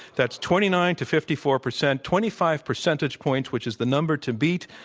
that's twenty nine to fifty four percent, twenty five percentage points, which is the number to beat.